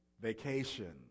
Vacation